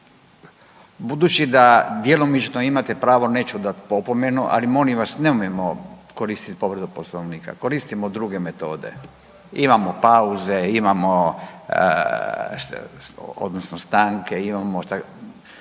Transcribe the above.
Budući da djelomično imate pravo, neću dati opomenu ali molim vas nemojmo koristiti povredu Poslovnika. Koristimo druge metode. Imamo pauze, odnosno stanke, imamo.